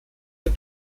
dem